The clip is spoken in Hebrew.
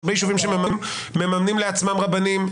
יש הרבה יישובים שמממנים לעצמם רבנים,